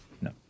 No